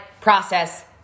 process